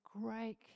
great